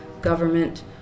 government